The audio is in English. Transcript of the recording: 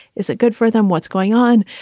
is it good for them what's going on?